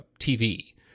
TV